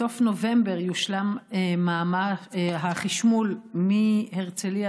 בסוף נובמבר יושלם מערך החשמול מהרצליה